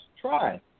try